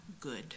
good